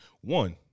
one